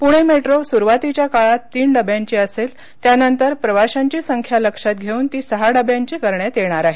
Pune metro सुरुवातीच्या काळात तीन डब्यांची असेल त्यानंतर प्रवाशांची संख्या लक्षात घेऊन ती सहा डब्यांची करण्यात येणार आहे